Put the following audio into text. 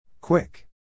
Quick